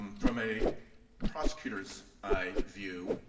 um from a prosecutor's eye view,